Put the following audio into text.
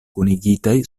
kunigitaj